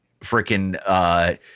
freaking